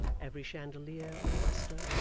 every chandelier or lustre,